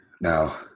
Now